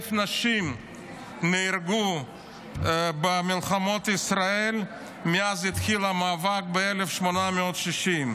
כ-1,000 נשים נהרגו במלחמות ישראל מאז התחיל המאבק ב-1860.